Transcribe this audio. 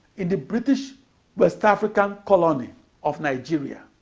in the british west african colony of nigeria.